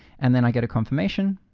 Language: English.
and then i get a confirmation.